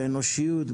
באנושיות,